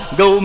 go